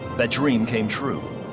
that dream came true,